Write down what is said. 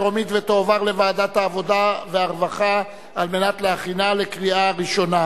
טרומית ותועבר לוועדת העבודה והרווחה על מנת להכינה לקריאה ראשונה.